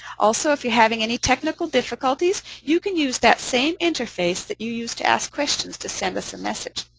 also if you're having any technical difficulties, you can use that same interface that you used to ask questions to send us a message.